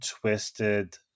twisted